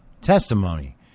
testimony